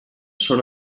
són